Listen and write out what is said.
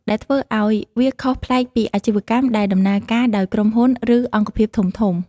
ដែលធ្វើឱ្យវាខុសប្លែកពីអាជីវកម្មដែលដំណើរការដោយក្រុមហ៊ុន ឬអង្គភាពធំៗ។